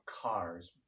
cars